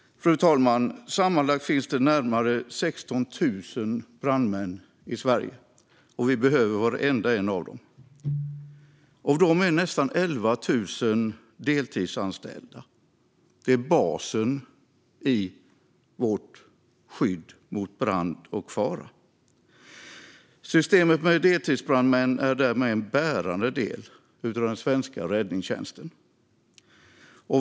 Fru talman! Sammanlagt finns det närmare 16 000 brandmän i Sverige, och vi behöver varenda en av dem. Av dem är nästan 11 000 deltidsanställda. De är basen i vårt skydd mot brand och fara. Systemet med deltidsbrandmän är därmed en bärande del av den svenska räddningstjänsten.